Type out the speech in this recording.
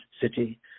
city